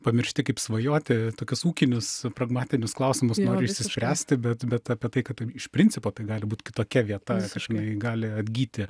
pamiršti kaip svajoti tokius ūkinius pragmatinius klausimus norisi išsispręsti bet bet apie tai kad iš principo tai gali būt kitokia vieta kad jinai gali atgyti